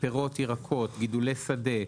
פירות, ירקות, גידולי שדה,